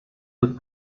book